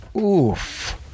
oof